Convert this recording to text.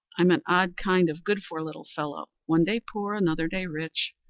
i'm an odd kind of good-for-little fellow, one day poor, another day rich,